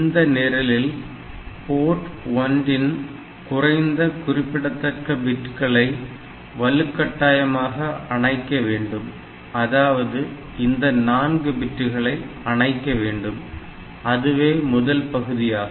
இந்த நிரலில் போர்ட் 1 இன் குறைந்த குறிப்பிடத்தக்க பிட்களை வலுக்கட்டாயமாக அணைக்க வேண்டும் அதாவது இந்த 4 பிட்டுகளை அணைக்க வேண்டும் அதுவே முதல் பகுதியாகும்